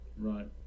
right